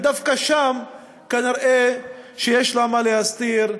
ודווקא שם כנראה יש לה מה להסתיר,